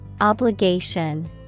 Obligation